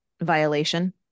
violation